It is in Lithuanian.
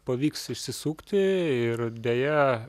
pavyks išsisukti ir deja